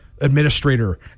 administrator